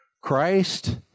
Christ